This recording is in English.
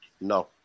no